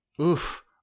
Oof